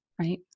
right